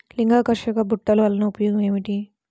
లింగాకర్షక బుట్టలు వలన ఉపయోగం ఏమిటి?